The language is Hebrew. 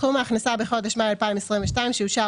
סכום ההכנסה בחודש מאי 2022 שאושר